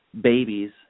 babies